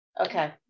okay